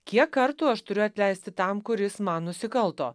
kiek kartų aš turiu atleisti tam kuris man nusikalto